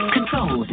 Control